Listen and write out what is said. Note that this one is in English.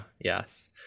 Yes